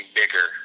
bigger